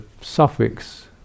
suffix